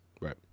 right